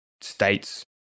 states